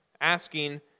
asking